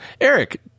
Eric